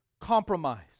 compromise